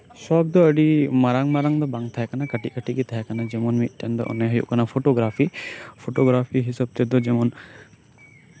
ᱥᱚᱠᱷ ᱫᱚ ᱢᱟᱨᱟᱝ ᱢᱟᱨᱟᱝ ᱫᱚ ᱵᱟᱝ ᱛᱟᱸᱦᱮ ᱠᱟᱱᱟ ᱠᱟᱹᱴᱤᱡ ᱠᱟᱹᱴᱤᱡ ᱜᱮ ᱛᱟᱸᱦᱮ ᱠᱟᱱᱟ ᱡᱮᱢᱚᱱ ᱢᱤᱫᱴᱟᱝ ᱫᱚ ᱚᱱᱮ ᱦᱩᱭᱩᱜ ᱠᱟᱱᱟ ᱯᱷᱳᱴᱳ ᱜᱨᱟᱯᱷᱤ ᱯᱷᱳᱴᱳᱜᱨᱟᱯᱷᱤ ᱦᱤᱥᱟᱹᱵ ᱛᱮᱫᱚ ᱡᱮᱢᱚᱱ